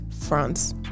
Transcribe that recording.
France